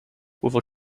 hoeveel